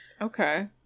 okay